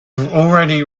already